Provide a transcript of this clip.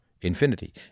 infinity